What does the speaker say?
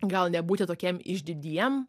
gal nebūti tokiem išdidiem